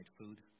food